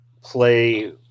play